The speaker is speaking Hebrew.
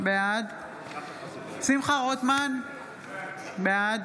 בעד שמחה רוטמן, בעד